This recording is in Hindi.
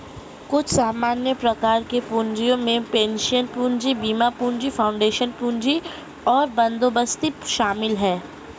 कुछ सामान्य प्रकार के पूँजियो में पेंशन पूंजी, बीमा पूंजी, फाउंडेशन और बंदोबस्ती शामिल हैं